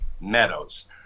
Meadows